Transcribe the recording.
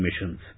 missions